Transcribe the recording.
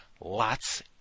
lots